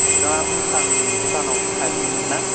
नोंथाङा भुटान भुटानाव थायोमोन ना